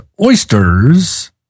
oysters